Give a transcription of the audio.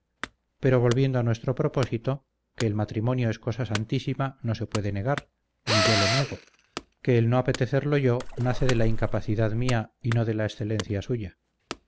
pero volviendo a nuestro propósito que el matrimonio es cosa santísima no se puede negar ni yo lo niego que el no apetecerlo yo nace de la incapacidad mía y no de la excelencia suya